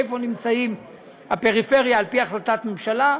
איפה נמצאת הפריפריה על פי החלטת הממשלה,